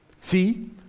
See